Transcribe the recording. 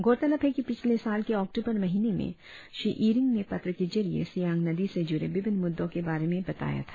गौरतलब है कि पिछले साल के अक्टूबर महीने में श्री ईरिंग ने पत्र के जरिए सियांग नदी से जूड़े विभिन्न मुद्दों के बारे में बताया था